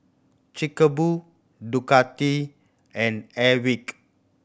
Chic a Boo Ducati and Airwick